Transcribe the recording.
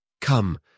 Come